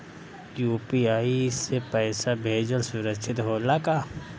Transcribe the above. UPI से पैसा भेजल सुरक्षित होला का?